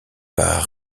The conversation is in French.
par